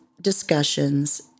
discussions